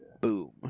boom